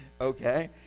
okay